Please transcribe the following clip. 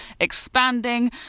expanding